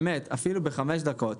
אפילו בחמש דקות,